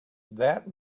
that